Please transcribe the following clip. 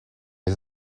les